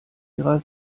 ihrer